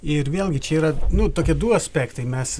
ir vėlgi čia yra nu tokie du aspektai mes